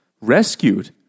rescued